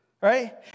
right